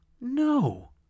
No